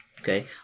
Okay